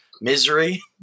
misery